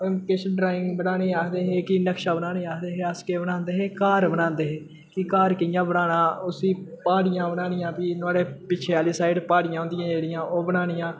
किश ड्राइंग बनाने गी आखदे हे कि नक्शा बनाने गी आखदे हे अस केह् बनांदे हे घर बनांदे हे कि घर कियां बनाना उसी प्हाड़ियां बननियां फ्ही नोहाड़े पिच्छें आह्ली साइड प्हाड़ियां होंदियां जेह्ड़ियां ओह् बननियां